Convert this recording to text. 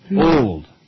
Old